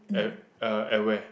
at uh at where